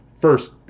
first